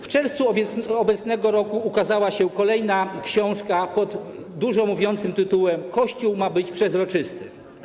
W czerwcu obecnego roku ukazała się kolejna książka, pod dużo mówiącym tytułem „Kościół ma być przezroczysty”